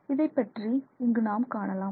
இதை பற்றி இங்கு நாம் காணலாம்